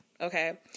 Okay